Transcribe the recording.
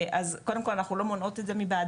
אז קודם כל אנחנו לא מונעות את זה מבעדן,